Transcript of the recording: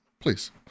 Please